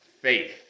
faith